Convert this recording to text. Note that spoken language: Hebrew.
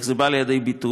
איך זה בא לידי ביטוי?